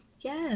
Yes